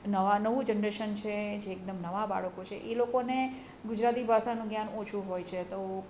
નવા નવું જનરેશન છે જે એકદમ નવા બાળકો છે એ લોકોને ગુજરાતી ભાષાનું જ્ઞાન ઓછું હોય છે તો